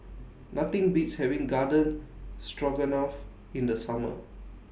Nothing Beats having Garden Stroganoff in The Summer